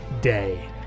day